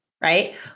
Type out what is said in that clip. right